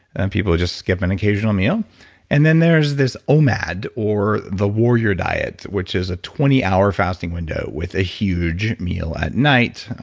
and people are just skipping occasional meal and then, there's this omad or the warrior diet, which is a twenty hour fasting window with a huge meal at night,